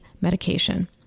medication